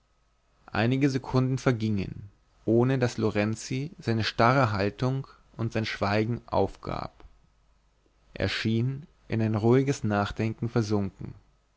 einige sekunden vergingen ohne daß lorenzi seine starre haltung und sein schweigen aufgab er schien in ein ruhiges nachdenken versunken